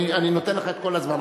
אני נותן לך את כל הזמן,